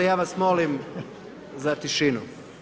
Ja vas molim za tišinu.